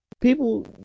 People